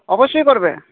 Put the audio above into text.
অবশ্যই করবে